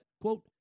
quote